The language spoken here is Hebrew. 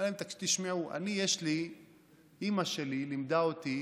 הוא אומר להם: תשמעו, אימא שלי לימדה אותי